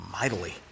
mightily